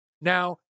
Now